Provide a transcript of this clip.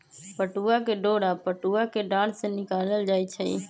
पटूआ के डोरा पटूआ कें डार से निकालल जाइ छइ